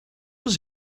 was